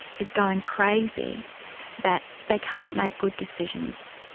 is going crazy that they can't make good decisions.